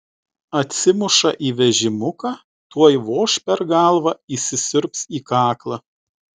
atsimuša į vežimuką tuoj voš per galvą įsisiurbs į kaklą